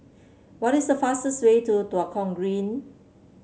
what is the fastest way to Tua Kong Green